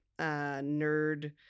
nerd